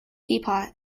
teapot